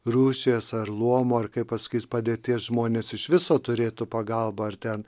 rūšies ar luomo ar kaip pasakys padėties žmonės iš viso turėtų pagalbą ar ten